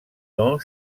dont